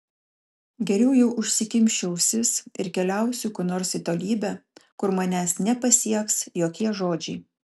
geriau jau užsikimšiu ausis ir keliausiu kur nors į tolybę kur manęs nepasieks jokie žodžiai